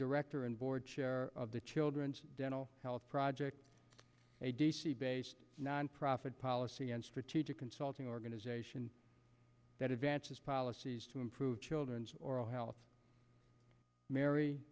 director and board chair of the children's dental health project a nonprofit policy and strategic consulting organization that advances policies to improve children's oral health mary